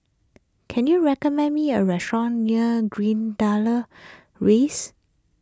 can you recommend me a restaurant near Greendale Rise